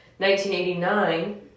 1989